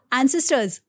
ancestors